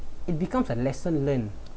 it becomes a lesson learnt